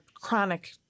chronic